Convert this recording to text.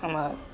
আমাৰ